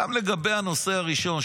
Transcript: גם לגבי הנושא הראשון,